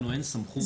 לנו אין סמכות.